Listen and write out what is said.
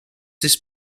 this